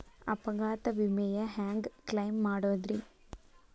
ಅಪಘಾತ ವಿಮೆನ ಹ್ಯಾಂಗ್ ಕ್ಲೈಂ ಮಾಡೋದ್ರಿ?